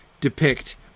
depict